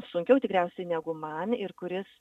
sunkiau tikriausiai negu man ir kuris